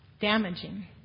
Damaging